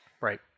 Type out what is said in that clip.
Right